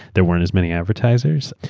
there weren't as many advertisers.